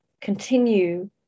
continue